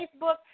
Facebook